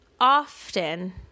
Often